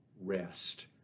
rest